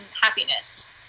happiness